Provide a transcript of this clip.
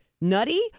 nutty